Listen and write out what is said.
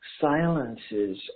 silences